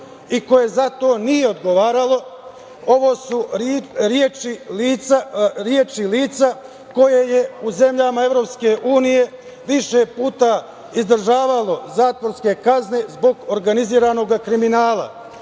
i koje za to nije odgovaralo. Ovo su reči lica koje je u zemljama Evropske unije više puta izdržavalo zatvorske kazne zbog organizovanog kriminala. To